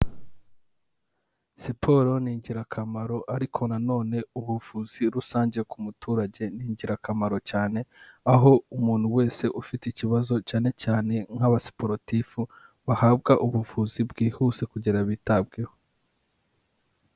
Siporo ni ingirakamaro, ariko na none ubuvuzi rusange ku muturage ni ingirakamaro cyane, aho umuntu wese ufite ikibazo cyane cyane nk'abasiporotifu bahabwa ubuvuzi bwihuse kugera bitabweho.